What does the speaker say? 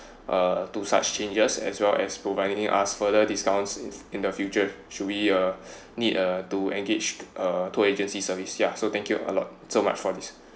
uh to such changes as well as providing us further discounts in the future should we uh need uh to engaged uh tour agency service ya so thank you a lot so much for this